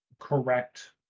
Correct